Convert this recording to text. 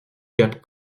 cap